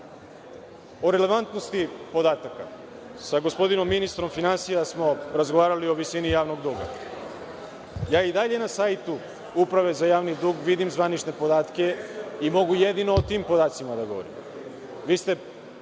relevantnosti podataka, sa gospodinom ministrom finansija smo razgovarali o visini javnog duga. I dalje na sajtu Uprave za javni dug vidim zvanične podatke i mogu jedino o tim podacima da govorim.